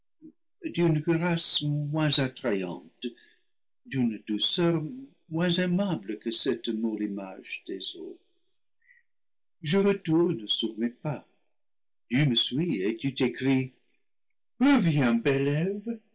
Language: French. moins attrayante d'une douceur moins aimable que cette molle image des eaux je retourne sur mes pas tu me suis et tu t'écries reviens belle